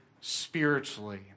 spiritually